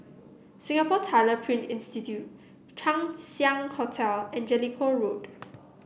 Singapore Tyler Print Institute Chang Ziang Hotel and Jellicoe Road